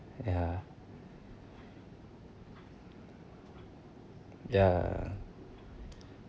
ya ya